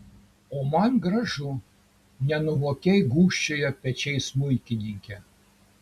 o man gražu nenuovokiai gūžčiojo pečiais smuikininkė